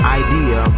idea